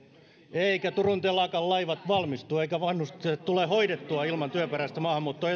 eivätkä turun telakan laivat valmistu eivätkä vanhukset tule hoidettua ilman työperäistä maahanmuuttoa